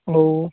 औ